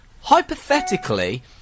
hypothetically